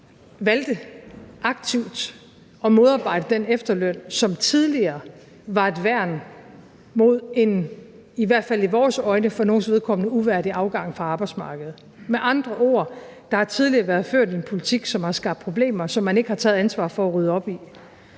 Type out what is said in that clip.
fald i vores øjne for nogles vedkommende uværdig afgang fra arbejdsmarkedet. Med andre ord har der tidligere været ført en politik, som har skabt problemer, som man ikke har taget ansvaret for at rydde op i.